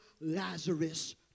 Lazarus